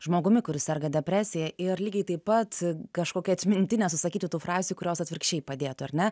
žmogumi kuris serga depresija ir lygiai taip pat kažkokią atmintinę susakyti tų frazių kurios atvirkščiai padėtų ar ne